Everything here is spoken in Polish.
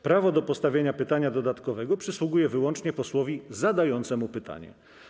Prawo do postawienia pytania dodatkowego przysługuje wyłącznie posłowi zadającemu pytanie.